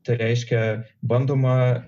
tai reiškia bandoma